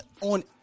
on